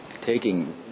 taking